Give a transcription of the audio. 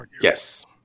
Yes